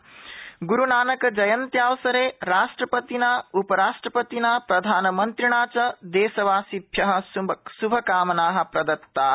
गरूनानकजयन्ती ग्रूनानकजयन्तित्यावसरे राष्ट्रपतिना उपराष्ट्रपतिना प्रधानमन्त्रिणा च देशवासिभ्य श्भकामना प्रदत्ता